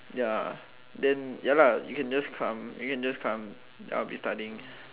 ya then ya lah you can just come you can just come I'll be studying